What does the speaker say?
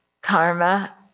karma